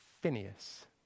Phineas